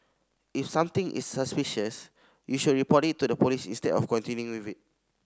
if something is suspicious you should report it to the police instead of continuing with it